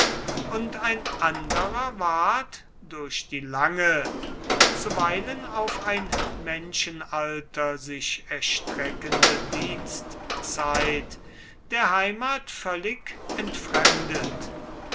und ein anderer ward durch die lange zuweilen auf ein menschenalter sich erstreckende dienstzeit der heimat völlig entfremdet